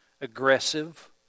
aggressive